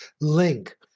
link